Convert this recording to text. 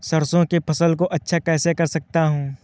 सरसो की फसल को अच्छा कैसे कर सकता हूँ?